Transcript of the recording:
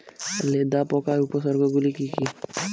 লেদা পোকার উপসর্গগুলি কি কি?